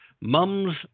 Mums